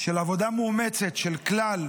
של עבודה מאומצת של כלל